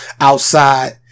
outside